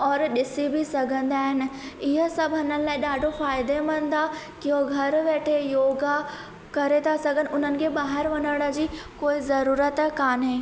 और ॾिसी बि सघंदा आहिनि इहो सभु हिननि लाइ ॾाढो फ़ाइदेमंदु आहे कि हू घर वेठे योगा करे था सघनि उन्हनि खे ॿाहिरि वञण जी काई ज़रूरत कान्हे